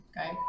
Okay